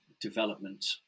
development